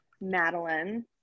Madeline